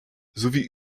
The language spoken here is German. sowie